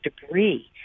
debris